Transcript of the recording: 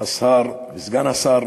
השר וסגן השר,